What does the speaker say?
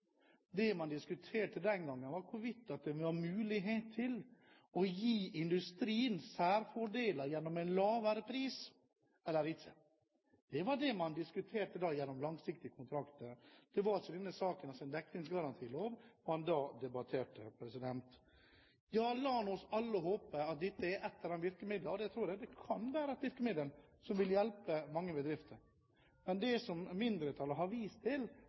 Det man diskuterte den gangen, var hvorvidt det var mulig å gi industrien særfordeler gjennom en lavere pris eller ikke. Det var det man diskuterte når det gjaldt langsiktige kontrakter. Det var ikke denne sakens dekningsgarantilov man da debatterte. Ja, la oss nå alle håpe at dette er et av virkemidlene – og jeg tror det kan være et virkemiddel – som vil hjelpe mange bedrifter. Men det som mindretallet har vist til,